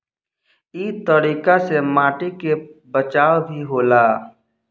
इ तरीका से माटी के बचाव भी होला